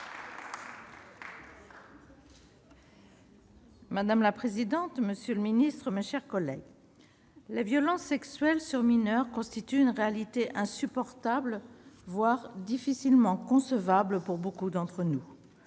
Madame la présidente, monsieur le secrétaire d'État, mes chers collègues, les violences sexuelles sur mineurs constituent une réalité insupportable, voire difficilement concevable pour beaucoup d'entre nous